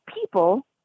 people